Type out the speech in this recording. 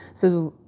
so,